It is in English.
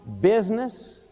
business